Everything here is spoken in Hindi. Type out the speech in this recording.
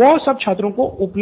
वो सब छात्रों को उपलब्ध हो